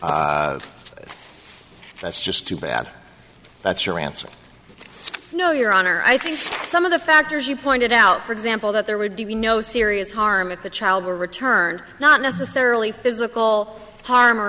that's just too bad that's your answer no your honor i think some of the factors you pointed out for example that there would be no serious harm if the child were returned not necessarily physical harm or